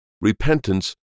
repentance